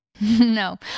No